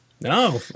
No